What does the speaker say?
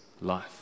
life